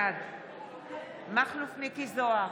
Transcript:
בעד מכלוף מיקי זוהר,